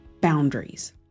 boundaries